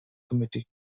committee